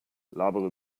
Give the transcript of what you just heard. labere